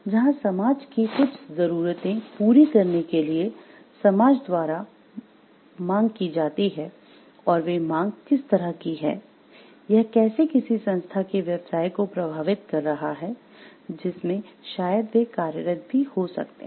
जहां समाज की कुछ जरूरतें पूरी करने के लिए समाज द्वारा मांग की जाती है और वे मांग किस तरह की हैं यह कैसे किसी संस्था के व्यवसाय को प्रभावित कर रहा है जिसमें शायद वे कार्यरत भी हो सकते हैं